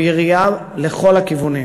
הוא ירייה לכל הכיוונים.